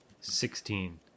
Sixteen